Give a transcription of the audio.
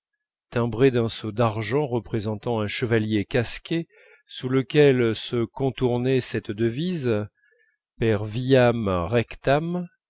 timbré d'un sceau d'argent représentant un chevalier casqué sous lequel se contournait cette devise per viam rectam